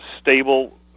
stable